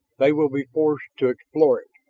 they will be forced to explore it.